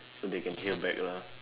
so they can hear back lah